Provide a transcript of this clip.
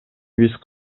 биз